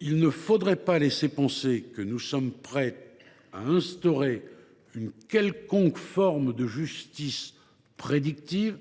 Il ne faudrait pas laisser penser que nous sommes prêts à instaurer une quelconque forme de justice prédictive,